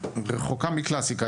רחוקה מקלסיקה,